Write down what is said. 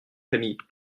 familles